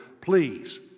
please